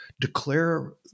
declare